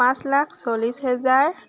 পাঁচ লাখ চল্লিছ হেজাৰ